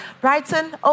Brighton